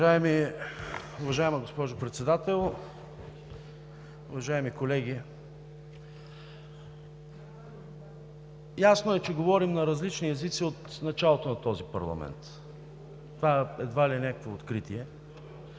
Уважаема госпожо Председател, уважаеми колеги! Ясно е, че говорим на различни езици от началото на този парламент, това едва ли е някакво откритие,